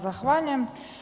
Zahvaljujem.